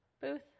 booth